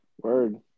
Word